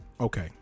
Okay